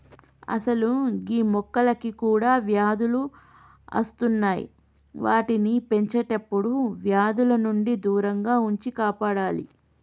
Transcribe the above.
అసలు గీ మొక్కలకి కూడా వ్యాధులు అస్తున్నాయి వాటిని పెంచేటప్పుడు వ్యాధుల నుండి దూరంగా ఉంచి కాపాడాలి